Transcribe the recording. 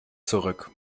zurück